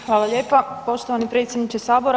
Hvala lijepa poštovani predsjedniče sabora.